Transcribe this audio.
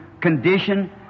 condition